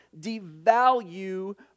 devalue